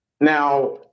Now